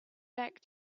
back